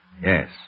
Yes